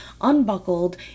unbuckled